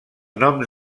noms